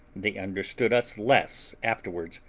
they understood us less afterwards,